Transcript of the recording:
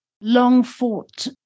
long-fought